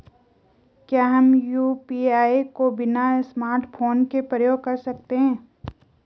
क्या हम यु.पी.आई को बिना स्मार्टफ़ोन के प्रयोग कर सकते हैं?